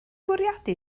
bwriadu